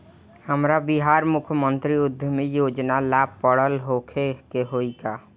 हमरा बिहार मुख्यमंत्री उद्यमी योजना ला पढ़ल होखे के होई का?